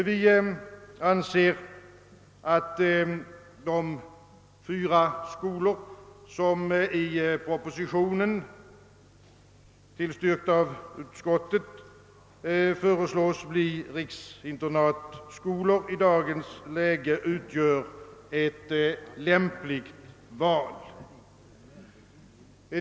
Vi anser att de fyra skolor, som i propositionen föreslås bli riksinternatskolor, vilket tillstyrks av utskottet, i dagens läge utgör ett lämpligt val.